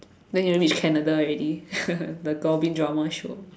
then you reach Canada already the goblin drama show